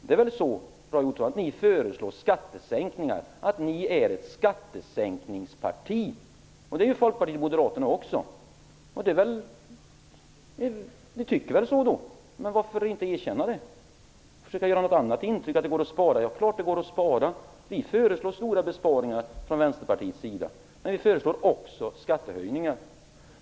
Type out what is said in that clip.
Det är väl så, Roy Ottosson, att ni föreslår skattesänkningar, att Miljöpartiet är ett skattesänkningsparti? Det är Folkpartiet och Moderaterna också. Ni tycker väl så då, men varför inte erkänna det? Ni försöker ge ett annat intryck, att det går att spara. Det är klart att det går att spara. Vi föreslår stora besparingar från Vänsterpartiets sida, men vi föreslår också skattehöjningar.